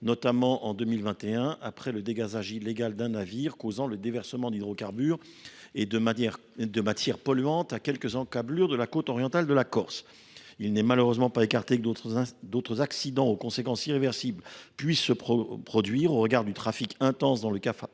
notamment en 2021, après le dégazage illégal d’un navire causant le déversement d’hydrocarbures et de matières polluantes à quelques encablures de sa côte orientale. On ne peut malheureusement pas exclure que d’autres accidents aux conséquences irréversibles se produisent, au regard du trafic intense dans le canal de